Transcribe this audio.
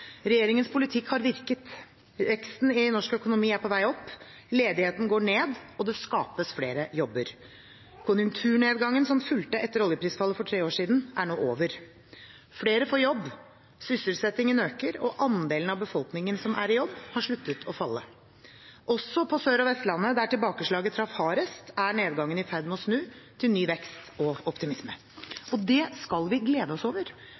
Regjeringens politikk har virket. Veksten i norsk økonomi er på vei opp, ledigheten går ned, og det skapes flere jobber. Konjunkturnedgangen som fulgte etter oljeprisfallet for tre år siden, er nå over. Flere får jobb. Sysselsettingen øker, og andelen av befolkningen som er i jobb, har sluttet å falle. Også på Sør- og Vestlandet, der tilbakeslaget traff hardest, er nedgangen i ferd med å snu, til ny vekst og optimisme. Det skal vi glede oss over.